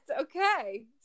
okay